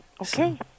Okay